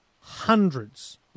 hundreds